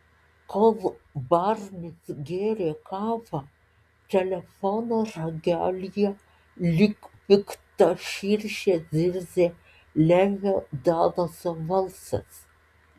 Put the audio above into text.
kol barnis gėrė kavą telefono ragelyje lyg pikta širšė zirzė levio dalaso balsas